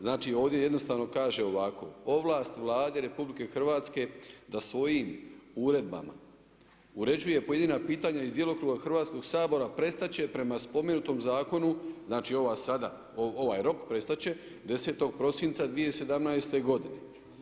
Znači ovdje jednostavno kaže ovako, ovlast Vlade RH da svojim uredbama uređuje pojedina pitanja iz djelokruga Hrvatskoga sabora prestati će prema spomenutom zakonu, znači ova sada, ovaj rok prestati će 10. prosinca 2017. godine.